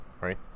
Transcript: right